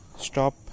stop